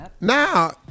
Now